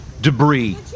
Debris